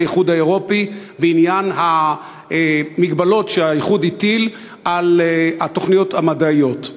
האיחוד האירופי בעניין המגבלות שהאיחוד הטיל על התוכניות המדעיות.